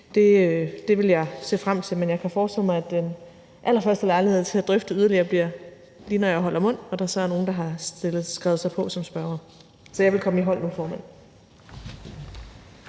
Det vil jeg se frem til. Men jeg kan forestille mig, at den allerførste lejlighed til at drøfte det yderligere bliver, lige når jeg holder mund, og at der så er nogle, der har skrevet sig på som spørgere. Så jeg vil lytte til det, formand.